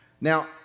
Now